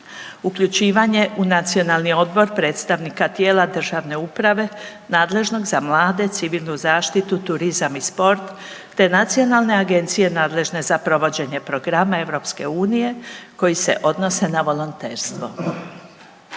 uključivanje u Nacionalni odbor predstavnika tijela državne uprave nadležnog za mlade, civilnu zaštitu, turizam i sport, te Nacionalne agencije nadležne za provođenje programa EU koji se odnose na volonterstvo.